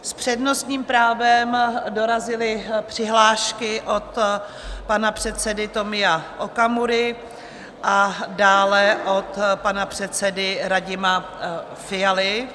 S přednostním právem dorazily přihlášky od pana předsedy Tomia Okamury a dále od pana předsedy Radima Fialy.